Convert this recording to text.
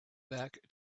back